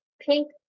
pink